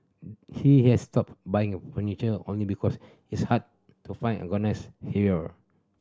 he has stopped buying furniture only because it's hard to find here